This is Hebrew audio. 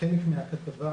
חלק מהדוח,